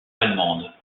allemandes